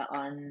on